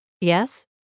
Yes